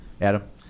Adam